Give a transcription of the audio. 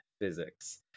physics